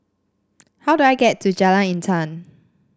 how do I get to Jalan Intan